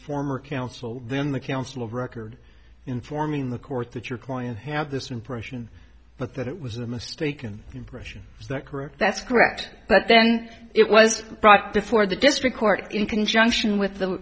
former counsel when the counsel of record informing the court that your client have this impression but that it was a mistaken impression is that correct that's correct but then it was brought before the district court in conjunction with the